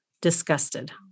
disgusted